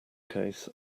case